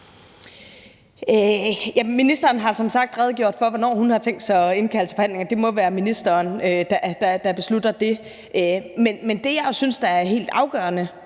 Ministeren har som sagt redegjort for, hvornår hun har tænkt sig at indkalde til forhandlinger, og det må være ministeren, der beslutter det. Men det, jeg synes er helt afgørende,